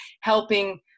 helping